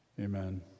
Amen